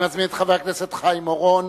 אני מזמין את חבר הכנסת חיים אורון,